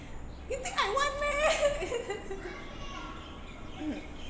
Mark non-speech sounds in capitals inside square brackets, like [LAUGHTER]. you think I want meh [LAUGHS]